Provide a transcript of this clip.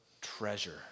treasure